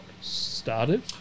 started